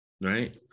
right